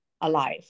alive